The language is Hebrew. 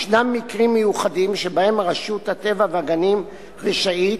יש מקרים מיוחדים שבהם רשות הטבע והגנים רשאית,